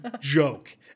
joke